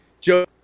Joe